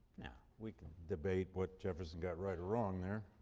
now we can debate what jefferson got right or wrong there,